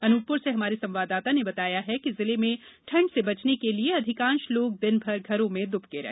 अनुपपुर से हमारे संवाददाता ने बताया है कि जिले में ठंड से बचने के लिए अधिकांश लोग दिन भर घरों में दुबके रहे